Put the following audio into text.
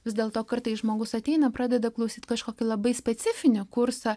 vis dėlto kartais žmogus ateina pradeda klausyt kažkokį labai specifinę kursą